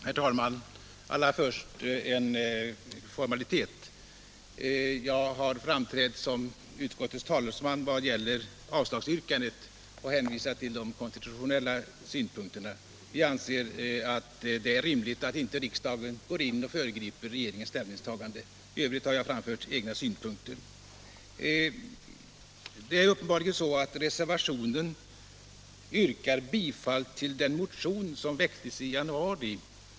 Herr talman! Allra först en formalitet. Jag har framträtt som utskottets talesman vad gäller avslagsyrkandet och hänvisade då till de konstitutionella synpunkterna. Vi anser att det är rimligt att riksdagen inte föregriper regeringens ställningstagande. I övrigt har jag anfört egna synpunkter. Det är uppenbarligen så att reservanterna yrkar bifall till den motion som väcktes i januari.